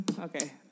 Okay